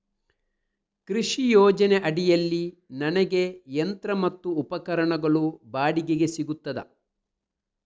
ಕೃಷಿ ಯೋಜನೆ ಅಡಿಯಲ್ಲಿ ನನಗೆ ಯಂತ್ರ ಮತ್ತು ಉಪಕರಣಗಳು ಬಾಡಿಗೆಗೆ ಸಿಗುತ್ತದಾ?